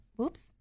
oops